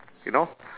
you know